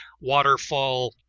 waterfall